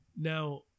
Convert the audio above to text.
Now